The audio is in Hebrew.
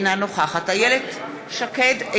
אינה נוכחת איילת שקד,